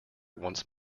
once